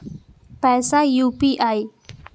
पैसा यू.पी.आई?